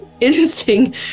interesting